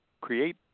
create